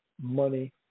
money